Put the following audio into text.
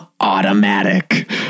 automatic